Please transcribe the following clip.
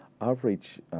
Average